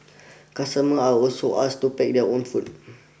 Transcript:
customers are also asked to pack their own food